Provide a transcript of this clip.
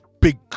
Big